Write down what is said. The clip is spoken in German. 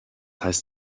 heißt